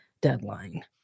deadline